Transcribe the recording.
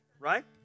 Right